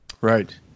Right